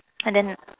and then